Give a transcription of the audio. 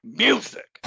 music